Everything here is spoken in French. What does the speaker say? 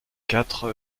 quatre